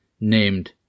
named